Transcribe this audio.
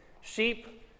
Sheep